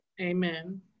amen